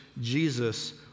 Jesus